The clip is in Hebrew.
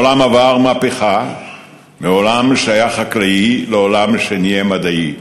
העולם עבר מהפכה מעולם שהיה חקלאי לעולם שנהיה מדעי.